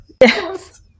Yes